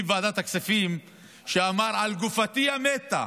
בוועדת הכספים כשאמר: על גופתי המתה.